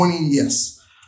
yes